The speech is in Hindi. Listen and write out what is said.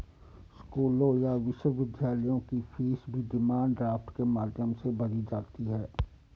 स्कूलों या विश्वविद्यालयों की फीस भी डिमांड ड्राफ्ट के माध्यम से भरी जाती है